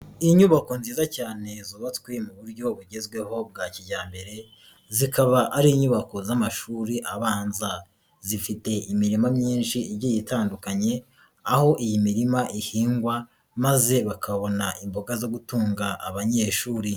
Inyubako nziza cyane zubatswe mu buryo bugezweho bwa kijyambere, zikaba ari inyubako z'amashuri abanza, zifite imirima myinshi igiye itandukanye, aho iyi mirima ihingwa maze bakabona imboga zo gutunga abanyeshuri.